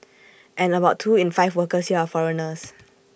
and about two in five workers here are foreigners